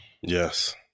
Yes